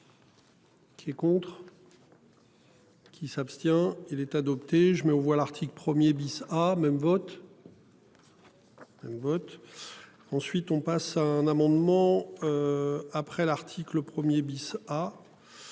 Qui est contre. Qui s'abstient il est adopté. Je mets aux voix l'article 1er bis à même vote. Ensuite, on passe un amendement. Après l'article 1er bis.